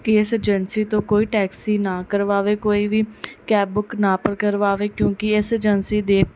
ਕਿ ਇਸ ਏਜੰਸੀ ਤੋਂ ਕੋਈ ਟੈਕਸੀ ਨਾ ਕਰਵਾਵੇ ਕੋਈ ਵੀ ਕੈਬ ਬੁਕ ਨਾ ਕਰਵਾਵੇ ਕਿਉਂਕਿ ਇਸ ਏਜੰਸੀ ਦੇ